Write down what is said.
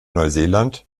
neuseeland